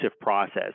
process